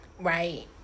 right